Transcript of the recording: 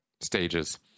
stages